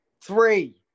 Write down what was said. Three